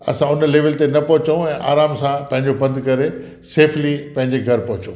असां उन लेवल ते न पहुचूं ऐं आराम सां पंहिंजो पंधु करे सेफली पंहिंजे घर पहुचूं